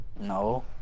No